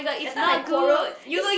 later my quarrel it's